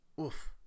oof